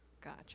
Gotcha